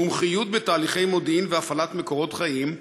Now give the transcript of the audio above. מומחיות בתהליכי מודיעין והפעלת מקורות חיים,